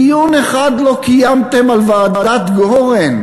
דיון אחד לא קיימתם על ועדת גורן.